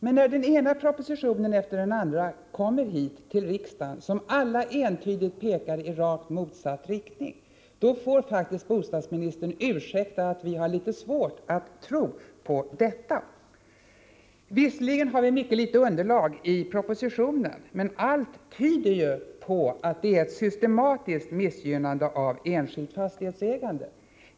Men när den ena propositionen efter den andra kommer hit till riksdagen och alla entydigt pekar i rakt motsatt riktning, då får faktiskt bostadsministern ursäkta att vi har litet svårt att tro på detta. Visserligen har vi mycket litet underlag i propositionen, men allt tyder på att det handlar om ett systematiskt missgynnande av enskilt fastighetsägande.